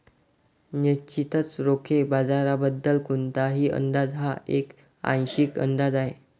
निश्चितच रोखे बाजाराबद्दल कोणताही अंदाज हा एक आंशिक अंदाज आहे